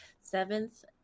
seventh